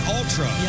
Ultra